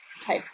type